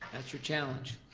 that's your challenge.